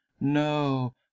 no